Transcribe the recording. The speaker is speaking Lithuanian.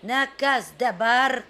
na kas dabar